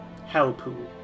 Hellpool